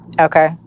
Okay